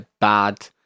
BAD